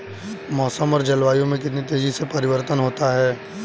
मौसम और जलवायु में कितनी तेजी से परिवर्तन होता है?